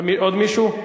עוד מישהו?